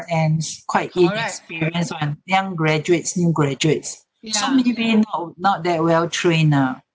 quite inexperience [one] young graduates new graduates so maybe he been not that well trained ah